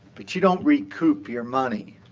but you don't recoup your money.